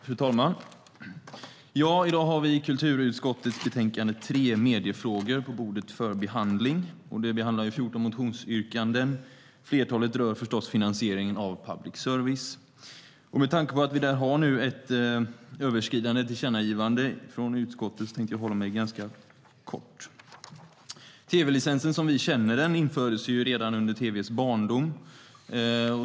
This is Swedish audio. Fru talman! I dag har vi kulturutskottets betänkande 3, Mediefrågor , på bordet för behandling. Betänkandet behandlar 14 motionsyrkanden, flertalet rör finansieringen av public service, och med tanke på att vi där har ett blocköverskridande tillkännagivande från utskottet tänkte jag fatta mig ganska kort. Tv-licensen som vi känner den infördes redan under tv:s barndom.